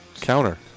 Counter